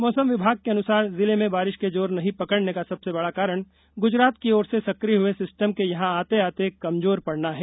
मौसम विभाग के अनुसार जिले में बारिश के जोर नहीं पकड़ने का सबसे बड़ा कारण गुजरात की ओर से सक्रिय हुए सिस्टम के यहां आते आते कमजोर पड़ना है